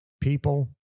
People